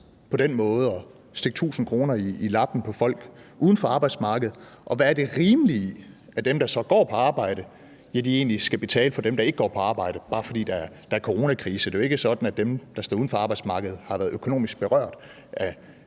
på den måde at stikke 1.000 kr. i lappen på folk uden for arbejdsmarkedet, og hvad er det rimelige i, at dem, der så går på arbejde, egentlig skal betale for dem, der ikke går på arbejde, bare fordi der er coronakrise? Det er jo ikke sådan, at dem, der står uden for arbejdsmarkedet, har været økonomisk berørt af